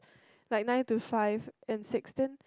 like nine to five and sixteen